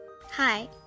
Hi